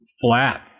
flat